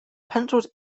pencils